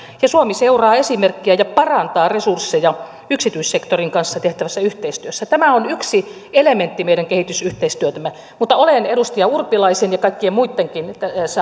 ja suomi seuraa esimerkkiä ja parantaa resursseja yksityissektorin kanssa tehtävässä yhteistyössä tämä on yksi elementti meidän kehitysyhteistyötämme olen edustaja urpilaisen ja kaikkien muittenkin